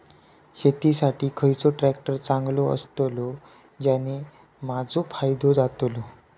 शेती साठी खयचो ट्रॅक्टर चांगलो अस्तलो ज्याने माजो फायदो जातलो?